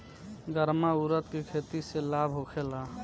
गर्मा उरद के खेती से लाभ होखे ला?